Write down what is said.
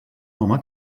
home